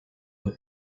who